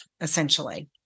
essentially